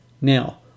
Now